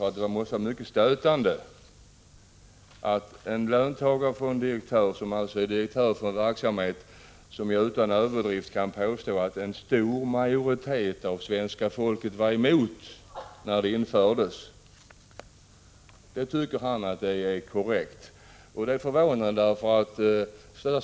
Att betala en årslön på 800 000 kr. till en direktör för en verksamhet, som jag utan överdrift kan påstå att en stor majoritet av svenska folket var emot när den infördes, anser statsrådet vara korrekt.